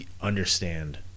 Understand